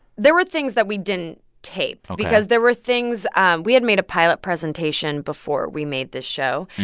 there were things that we didn't tape ok because there were things we had made a pilot presentation before we made this show.